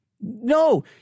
No